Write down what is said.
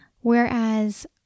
whereas